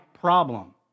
problem